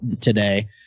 today